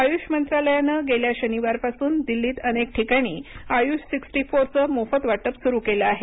आयुष मंत्रालयानं गेल्या शनिवारपासून दिल्लीत अनेक ठिकाणी आयुष सिक्स्टी फोर चं मोफत वाटप सुरू केलं आहे